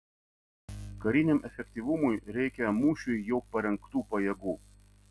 kariniam efektyvumui reikia mūšiui jau parengtų pajėgų